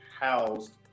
housed